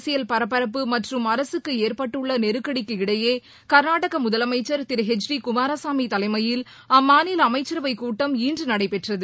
அரசியல் பரபரப்பு மற்றும் அரசுக்கு ஏற்பட்டுள்ள நெருக்கடிக்கு இடையே கர்நாடக முதலமைச்சர் திரு ஹெச் டி குமாரசாமி தலைமையில் அம்மாநில அமைச்சரவைக் கூட்டம் இன்று நடைபெற்றது